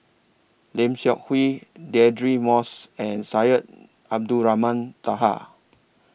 Lim Seok Hui Deirdre Moss and Syed Abdulrahman Taha